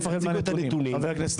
אף אחד לא מפחד מהנתונים, חבר הכנסת ביסמוט.